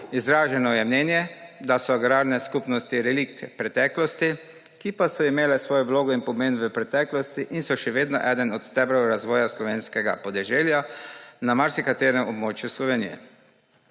Izraženo je mnenje, da so agrarne skupnosti relikt preteklosti, ki pa so imele svojo vlogo in pomen v preteklosti in so še vedno eden od stebrov razsoja slovenskega podeželja na marsikaterem območju Slovenije.